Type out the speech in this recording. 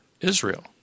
Israel